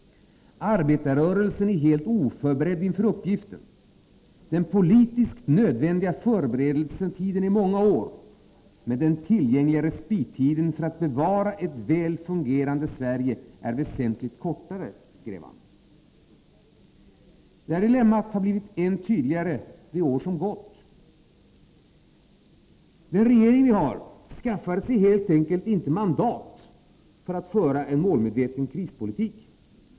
Arbetarrörelsen är helt oförberedd inför uppgiften. Den politiskt nödvändiga förberedelsetiden är många år, medan den tillgängliga respittiden för att bevara ett väl fungerande Sverige är väsentligt kortare, skrev Nils Lundgren. Detta dilemma har blivit än tydligare under det år som gått. Den regering vi har skaffade sig helt enkelt inte mandat för att föra en målmedveten krispolitik.